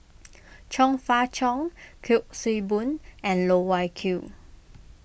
Chong Fah Cheong Kuik Swee Boon and Loh Wai Kiew